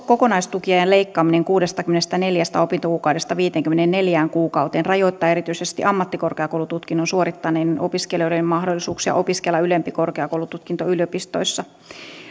kokonaistukiajan leikkaaminen kuudestakymmenestäneljästä opintokuukaudesta viiteenkymmeneenneljään kuukauteen rajoittaa erityisesti ammattikorkeakoulututkinnon suorittaneiden opiskelijoiden mahdollisuuksia opiskella ylempi korkeakoulututkinto yliopistoissa